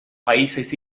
países